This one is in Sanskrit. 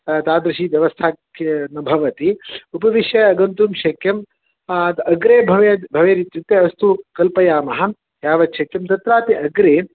तादृशी व्यवस्था कि न भवति उपविश्य गन्तुं शक्यम् अग्रे भवेत् भवेदित्युक्ते अस्तु कल्पयामः यावच्छक्यं तत्रापि अग्रे